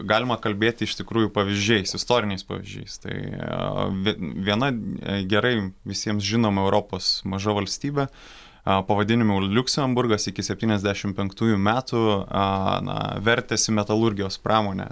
galima kalbėti iš tikrųjų pavyzdžiais istoriniais pavyzdžiais viena gerai visiems žinoma europos maža valstybė pavadinimu liuksemburgas iki septyniasdešimt penktųjų metų a na vertėsi metalurgijos pramone